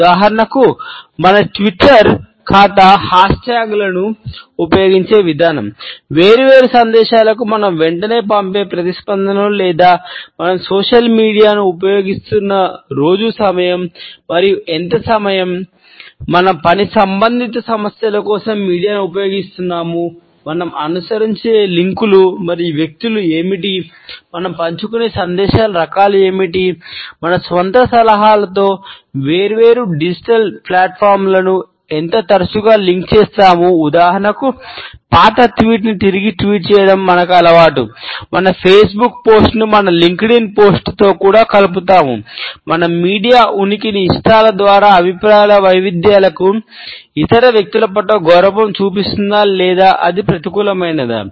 ఉదాహరణకు మనం మన ట్విట్టర్ ఉనికిని ఇష్టాల ద్వారా అభిప్రాయాల వైవిధ్యానికి ఇతర వ్యక్తుల పట్ల గౌరవం చూపిస్తుందా లేదా అది ప్రతికూలమైనదా